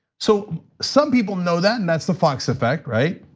so, some people know that and that's the fox effect, right?